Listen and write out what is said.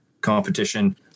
competition